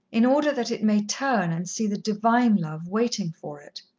in order that it may turn and see the divine love waiting for it.